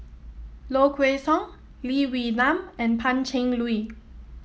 Low Kway Song Lee Wee Nam and Pan Cheng Lui